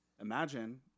imagine